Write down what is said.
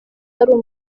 ari